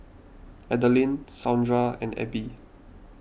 Adaline Saundra and Ebbie